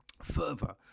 Further